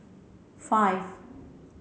five